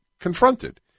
confronted